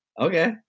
Okay